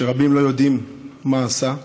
שרבים לא יודעים מה עשה,